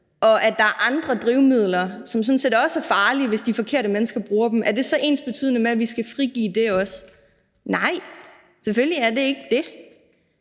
og at der er andre drivmidler, som sådan set også er farlige, hvis de forkerte mennesker bruger dem, er det så ensbetydende med, at vi også skal frigive det? Nej, selvfølgelig er det ikke det.